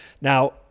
Now